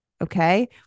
okay